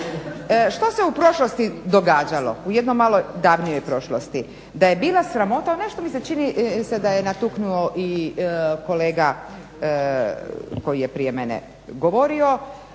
Što se u prošlosti događalo, u jednoj malo daljnjoj prošlosti? Da je bila sramota, nešto mi se čini da je natuknuto i kolega koji je prije mene govorio,